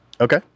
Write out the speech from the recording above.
Okay